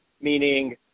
Meaning